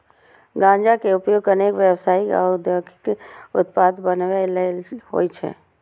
गांजा के उपयोग अनेक व्यावसायिक आ औद्योगिक उत्पाद बनबै लेल होइ छै